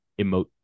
emote